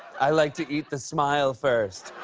i like to eat the smile first.